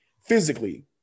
physically